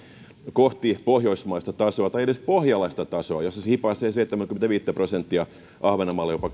kohti pohjoismaista tasoa tai edes pohjalaista tasoa jossa se hipaisee seitsemääkymmentäviittä prosenttia ahvenanmaalla jopa